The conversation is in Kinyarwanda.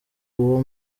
uwo